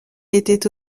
était